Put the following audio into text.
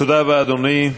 תודה רבה, אדוני.